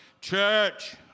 Church